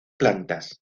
plantas